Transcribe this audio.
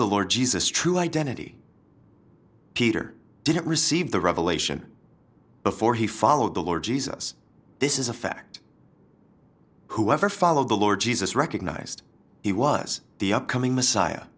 the lord jesus true identity peter didn't receive the revelation before he followed the lord jesus this is a fact whoever followed the lord jesus recognized he was the upcoming messiah